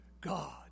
God